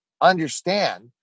understand